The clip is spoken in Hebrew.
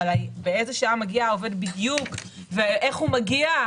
אבל באיזו שעה בדיוק מגיע העובד ואיך הוא מגיע?